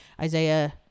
Isaiah